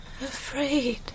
Afraid